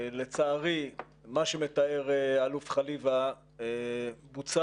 לצערי מה שמתאר האלוף חליוה בוצע